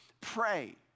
pray